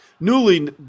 Newly